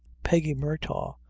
peggy murtagh,